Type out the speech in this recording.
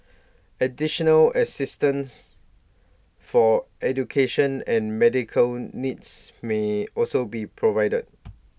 additional assistance for education and medical needs may also be provided